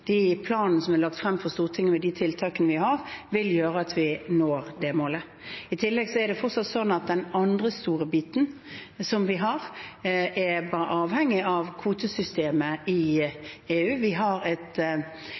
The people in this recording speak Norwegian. som er lagt frem for Stortinget med de tiltakene vi har, vil gjøre at vi når det målet. I tillegg er det fortsatt sånn at den andre store biten som vi har, er avhengig av kvotesystemet i EU. Vi